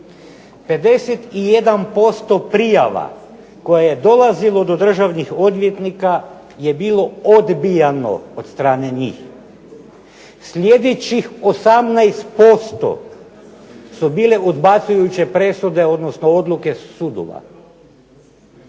51% prijava koje dolazilo do državnih odvjetnika je bilo odbijano od strane njih. Sljedećih 18% su bile odbacujuće presude odnosno odluke sudova.